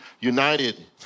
united